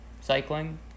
cycling